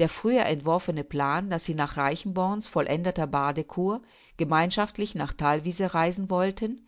der früher entworfene plan daß sie nach reichenborn's vollendeter badecur gemeinschaftlich nach thalwiese reisen wollten